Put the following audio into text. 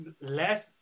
less